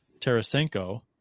Tarasenko –